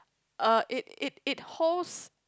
uh it it it holds